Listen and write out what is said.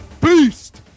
Beast